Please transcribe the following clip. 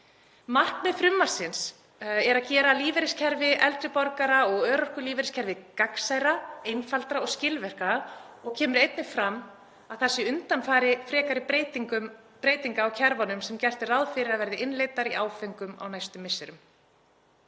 Markmið frumvarpsins er að gera lífeyriskerfi eldri borgara og örorkulífeyriskerfið gagnsærra, einfaldara og skilvirkara. Einnig kemur fram að það sé undanfari frekari breytinga á kerfunum sem gert er ráð fyrir að verði innleiddar í áföngum á næstu misserum.